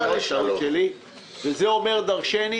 וזה אומר דרשני.